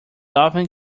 often